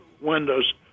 windows